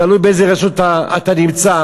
תלוי באיזו רשות אתה נמצא.